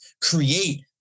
create